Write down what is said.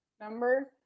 number